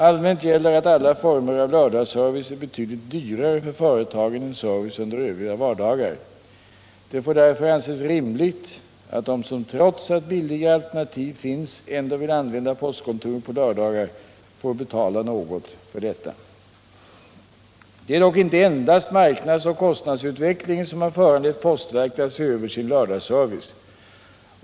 Allmänt gäller att alla former av lördagsservice är betydligt dyrare för företagen än service under övriga vardagar. Det får därför anses rimligt att de som trots att billigare alternativ finns ändå vill använda postkontoren på lördagar får betala något för detta. Det är dock inte endast marknadsoch kostnadsutvecklingen som har föranlett postverket att se över sin lördagsservice.